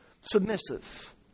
submissive